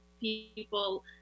people